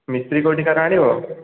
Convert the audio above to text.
ମିସ୍ତ୍ରୀ କେଉଁଠିକାର ଆଣିବ